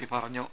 P പറഞ്ഞു